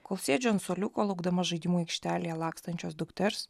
kol sėdžiu ant suoliuko laukdama žaidimų aikštelėje lakstančios dukters